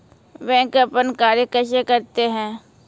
Bank अपन कार्य कैसे करते है?